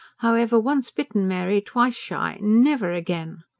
however, once bitten, mary, twice shy. never again!